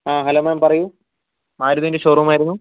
ആ hello ma'am പറയൂ മാരുതീൻ്റെ ഷോറൂം ആയിരുന്നു